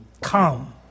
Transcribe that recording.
Come